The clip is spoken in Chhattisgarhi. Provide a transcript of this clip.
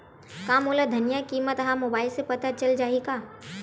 का मोला धनिया किमत ह मुबाइल से पता चल जाही का?